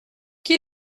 qui